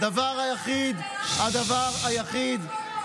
לנו לא אכפת, הרס כל חלקה טובה.